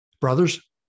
brothers